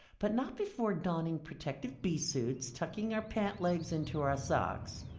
but not before donning protective bee suits, tucking our pant legs into our socks,